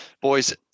boys